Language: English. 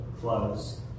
close